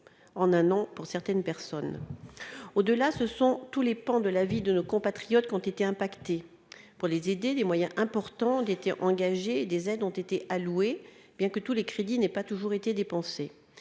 en un an, pour certaines personnes au au-delà, ce sont tous les pans de la vie de nos compatriotes qui ont été impactés pour les aider, des moyens importants ont été engagés et des aides ont été alloués, bien que tous les crédits n'est pas toujours été dépensés